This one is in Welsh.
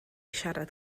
siarad